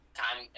time